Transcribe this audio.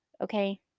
Okay